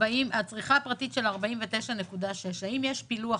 הצריכה הפרטית 49.6%. האם יש פילוח